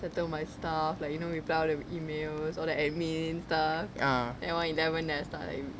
settle my stuff like you know reply all the emails all the admin stuff then one eleven then I start like